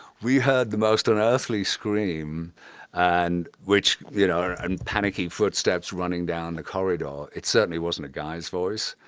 we heard the most unearthly scream and. which, you know, and panicking footsteps running down the corridor. it certainly wasn't a guy's voice.